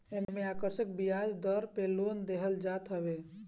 एमे आकर्षक बियाज दर पे लोन देहल जात हवे